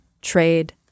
trade